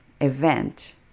event